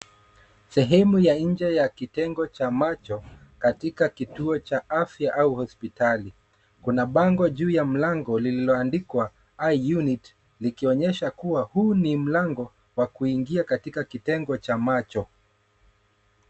Sehemu ya nje ya kitengo cha macho katika kituo cha afya au hospitali. Kuna bango juu ya mlango lililo adikwa eye unit likionyesha kuwa huu ni mlango wa kuingia katika kitengo cha macho.